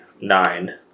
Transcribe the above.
nine